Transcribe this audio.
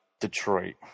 Detroit